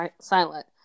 silent